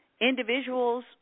individuals